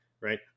Right